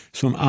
som